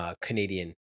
Canadian